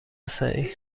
صحیح